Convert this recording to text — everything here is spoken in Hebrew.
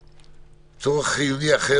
"צורך חיוני אחר,